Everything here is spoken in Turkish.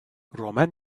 romen